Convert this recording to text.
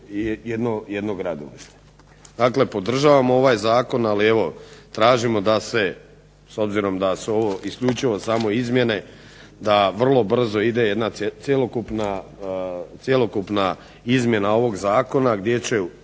jedno gradilište. Dakle, podržavam ovaj zakon ali tražimo da se s obzirom da su ovo isključivo samo izmjene da vrlo brzo ide jedna cjelokupna izmjena ovog zakona gdje će